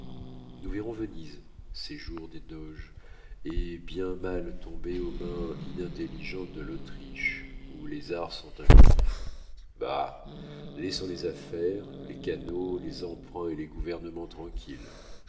nous verrons venise séjour des doges et bien mal tombée aux mains intelligentes de l'autriche où les arts sont inconnus bah laissons les affaires les canaux les emprunts et les gouvernements tranquilles